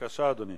בבקשה, אדוני.